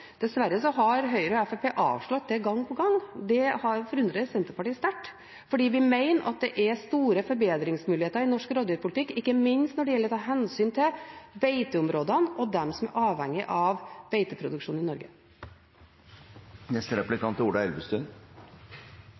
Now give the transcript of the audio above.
Dessverre har Høyre og Fremskrittspartiet avslått det gang på gang. Det har forundret Senterpartiet sterkt, fordi vi mener at det er store forbedringsmuligheter i norsk rovdyrpolitikk, ikke minst når det gjelder å ta hensyn til beiteområdene og dem som er avhengige av beiteproduksjon i